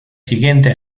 siguiente